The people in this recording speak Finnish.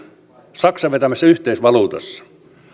saksan vetämässä yhteisvaluutassa